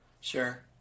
Sure